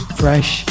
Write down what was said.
fresh